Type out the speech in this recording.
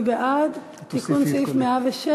מי בעד תיקון סעיף 106?